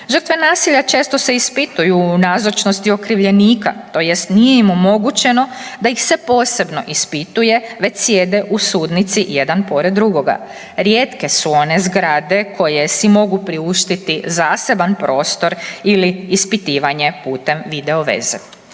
Žrtve nasilja često se ispituju u nazočnosti okrivljenika tj. nije im omogućeno da ih se posebno ispituje već sjede u sudnici jedan pored drugoga. Rijetke su one zgrade koje si mogu priuštiti zaseban prostor ili ispitivanje putem video veze.